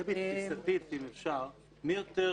דבי, תפיסתית מי יותר